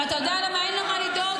אבל אתה יודע למה אין לו מה לדאוג?